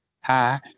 hi